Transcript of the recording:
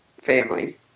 family